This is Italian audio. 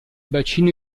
bacino